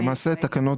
תקפה.